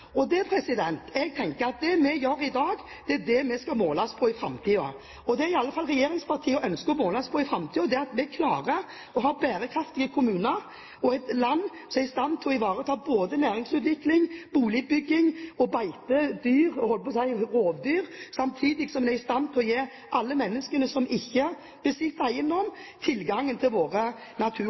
Jeg tenker at det vi gjør i dag, er det vi skal måles på i framtiden. Det som i alle fall regjeringspartiene ønsker å måles på i framtiden, er at vi klarer å ha bærekraftige kommuner og et land som er stand til å ivareta både næringsutvikling, boligbygging, beitedyr og rovdyr, samtidig som en er i stand til å gi alle de menneskene som ikke besitter eiendom, tilgang til våre